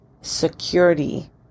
security